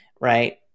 right